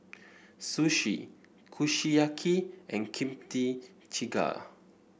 Sushi Kushiyaki and Kimchi Jjigae